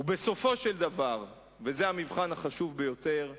בסופו של דבר, וזה המבחן החשוב ביותר,